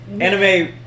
Anime